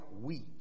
wheat